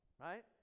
right